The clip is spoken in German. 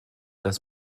das